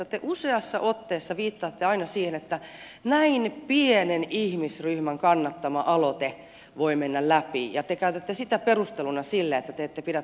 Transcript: te useaan otteeseen viittaatte aina siihen että pienenkin ihmisryhmän kannattama aloite voi mennä läpi ja te käytätte sitä perusteluna sille että te ette pidä tätä validina